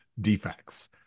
defects